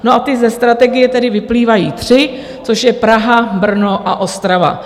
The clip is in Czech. A ty ze strategie vyplývají tři, což je Praha, Brno a Ostrava.